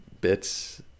bits